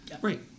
Right